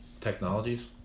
technologies